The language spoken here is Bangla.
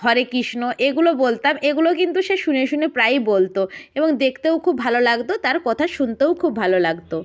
হরেকৃষ্ণ এগুলো বলতাম এগুলো কিন্তু সে শুনে শুনে প্রায়ই বলত এবং দেখতেও খুব ভালো লাগত তার কথা শুনতেও খুব ভালো লাগত